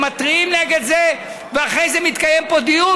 הם מתריעים נגד זה ואחרי זה מתקיים פה דיון